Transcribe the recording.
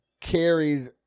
carried